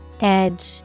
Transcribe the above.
Edge